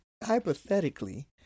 hypothetically